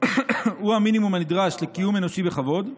הוא המינימום הנדרש לקיום אנושי בכבוד,